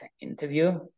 interview